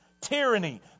tyranny